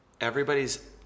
everybody's